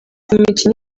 imikino